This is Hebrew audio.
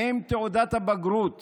האם תעודת הבגרות